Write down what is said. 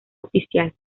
oficial